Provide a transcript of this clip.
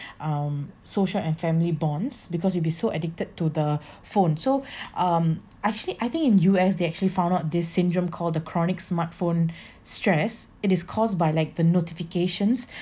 um social and family bonds because you'll be so addicted to the phone so um actually I think in U_S they actually found out this syndrome called the chronic smartphone stress it is caused by like the notifications